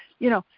you know,